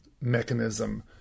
mechanism